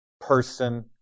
person